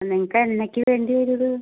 നിങ്ങൾക്ക് എന്നേക്ക് വേണ്ടി വരും ഇത്